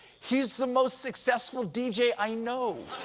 he's the most successful deejay i know.